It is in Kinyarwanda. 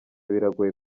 biragoye